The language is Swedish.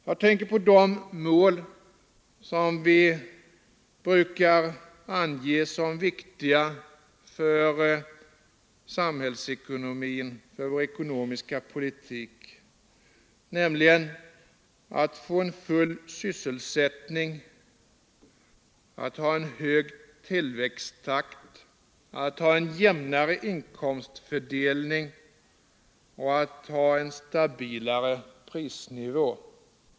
Jag tänker på de mål som vi brukar ange som viktiga för samhällsekonomin och för vår ekonomiska politik, nämligen att få en full sysselsättning, att ha en hög tillväxttakt, att få en jämnare inkomstfördelning och att ha en stabilare prisnivå.